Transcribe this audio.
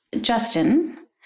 Justin